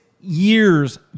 years